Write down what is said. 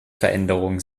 veränderungen